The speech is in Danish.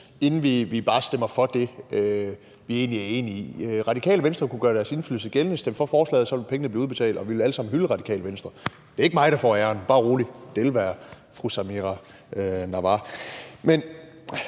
inden vi stemmer for det, vi egentlig er enige i. Radikale Venstre kunne gøre deres indflydelse gældende og stemme for forslaget, og så ville pengene blive udbetalt og vi ville alle sammen hylde Radikale Venstre. Det er ikke mig, der får æren, bare rolig; det ville være fru Samira Nawa. Men